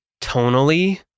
tonally